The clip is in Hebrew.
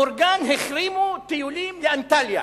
מאורגן, החרימו טיולים לאנטליה.